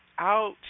out